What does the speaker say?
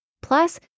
plus